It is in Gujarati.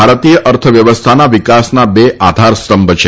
ભારતીય અર્થવ્યવસ્થાના વિકાસના બે આધારસ્તંભ છે